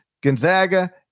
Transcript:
Gonzaga